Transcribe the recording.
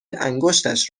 انگشتش